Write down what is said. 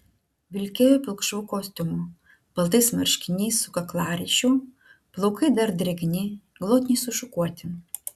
vilkėjo pilkšvu kostiumu baltais marškiniais su kaklaryšiu plaukai dar drėgni glotniai sušukuoti